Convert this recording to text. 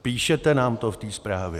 Píšete nám to v té zprávě.